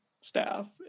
staff